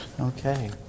Okay